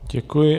Děkuji.